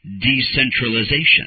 decentralization